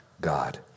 God